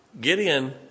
Gideon